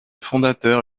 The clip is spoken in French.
fondateur